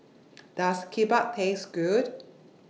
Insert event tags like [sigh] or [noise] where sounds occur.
[noise] Does Kimbap Taste Good